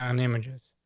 ah, an images.